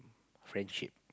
friendship